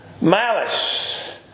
Malice